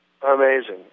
Amazing